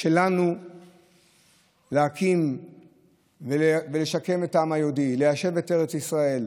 שלנו להקים ולשקם העם היהודי, ליישב את ארץ ישראל.